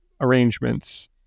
arrangements